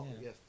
Yes